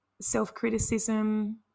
self-criticism